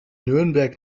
nürnberg